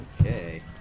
Okay